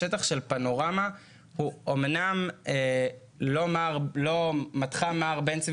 השטח של פנורמה הוא אמנם לא מתחם מע"ר בן צבי